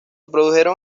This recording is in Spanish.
produjeron